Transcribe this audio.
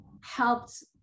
helped